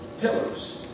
pillars